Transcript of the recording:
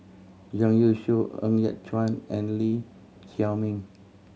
Zhang Youshuo Ng Yat Chuan and Lee Chiaw Meng